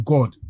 God